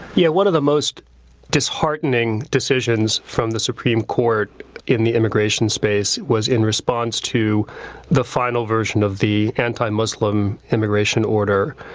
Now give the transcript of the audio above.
yeah, one of the most disheartening decisions from the supreme court in the immigration space was in response to the final version of the anti-muslim immigration order,